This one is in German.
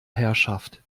herrschaft